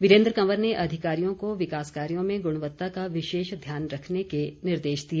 वीरेन्द्र कंवर ने अधिकारियों को विकास कार्यों में गुणवत्ता का विशेष ध्यान रखने के निर्देश दिए